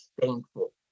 thankful